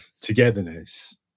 togetherness